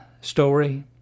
story